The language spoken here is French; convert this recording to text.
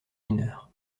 mineures